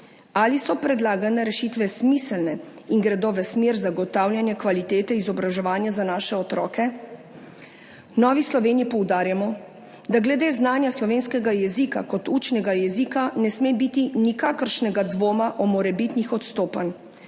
Ali so predlagane rešitve smiselne in gredo v smer zagotavljanja kvalitete izobraževanja za naše otroke? V Novi Sloveniji poudarjamo, da glede znanja slovenskega jezika kot učnega jezika, ne sme biti nikakršnega dvoma o morebitnih odstopanj.